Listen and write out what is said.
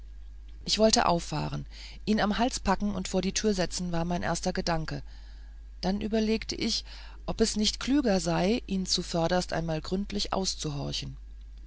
ich wollte auffahren ihn am hals packen und vor die tür setzen war mein erster gedanke dann überlegte ich ob es nicht klüger sei ihn zuvörderst einmal gründlich auszuhorchen